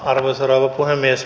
arvoisa rouva puhemies